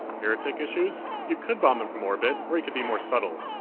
heretic issues? you could bomb them from orbit, or you could be more subtle.